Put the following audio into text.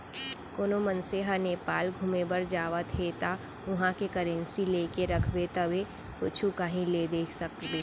कोनो मनसे ह नेपाल घुमे बर जावत हे ता उहाँ के करेंसी लेके रखबे तभे कुछु काहीं ले दे सकबे